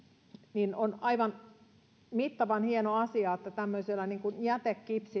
niin on aivan mittavan hieno asia että levittämällä tämmöistä jätekipsiä